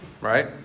Right